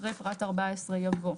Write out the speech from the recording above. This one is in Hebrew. אחרי פרט (14) יבוא: